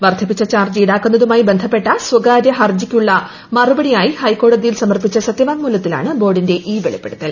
വർദ്ധിപ്പിച്ച ചാർജ്ജ് ഈടാക്കുന്നതുമായി ബന്ധ പ്പെട്ട സ്വകാര്യ ഹർജിക്കുള്ള മറുപടിയായി ഹൈക്കോടതിയിൽ സമർപ്പിച്ച സത്യവാങ്മൂലത്തിലാണ് ബോർഡിന്റെ ഈ വെളിപ്പെടുത്തൽ